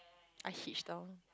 I hitch down